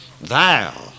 Thou